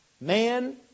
man